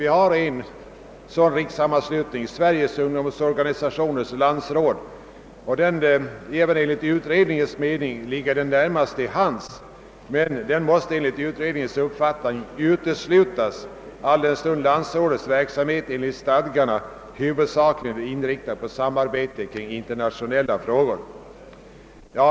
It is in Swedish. Vi har en sådan rikssammanslutning, Sveriges ungdomsorganisationers landsråd, som även enligt utredningens mening ligger närmast till hands. Men enligt samma utredning måste detta uteslutas alldenstund verksamheten enligt stadgarna huvudsakligen är inriktad på samarbete kring internationella frågor.